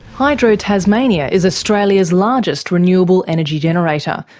hydro tasmania is australia's largest renewable energy generator,